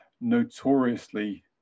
notoriously